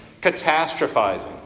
catastrophizing